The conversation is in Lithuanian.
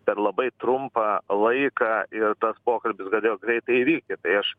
per labai trumpą laiką ir tas pokalbis galėjo greitai įvykti tai aš